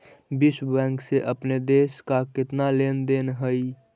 विश्व बैंक से अपने देश का केतना लें देन हई